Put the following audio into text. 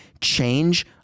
change